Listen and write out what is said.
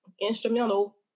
instrumental